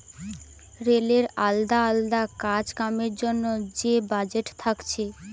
রেলের আলদা আলদা কাজ কামের জন্যে যে বাজেট থাকছে